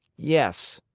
yes.